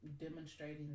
demonstrating